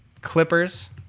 Clippers